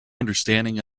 understanding